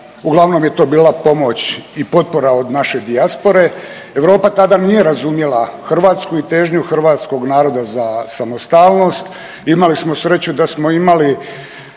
uglavnom je to bila pomoć i potpora od naše dijaspore. Europa tada nije razumjela Hrvatsku i težnju hrvatskoga naroda za samostalnost. Imali smo sreću da smo imali